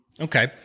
Okay